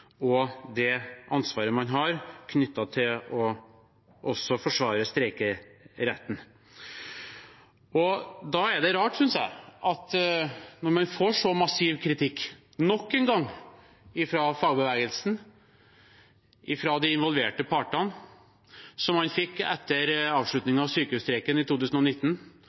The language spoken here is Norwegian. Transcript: og det ansvaret man har knyttet til også å forsvare streikeretten. Da er det rart, synes jeg, at når man får så massiv kritikk nok en gang fra fagbevegelsen, fra de involverte partene, som man fikk etter avslutningen av sykehusstreiken i 2019,